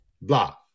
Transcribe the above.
Blah